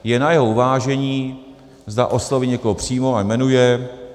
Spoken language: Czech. Je na jeho uvážení, zda osloví někoho přímo a jmenuje.